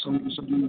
Samaleswari